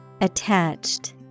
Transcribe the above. Attached